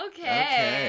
Okay